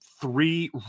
Three